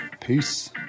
Peace